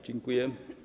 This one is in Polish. Dziękuję.